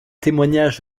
témoignages